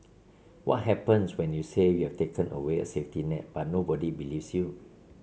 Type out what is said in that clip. what happens when you say you've taken away a safety net but nobody believes you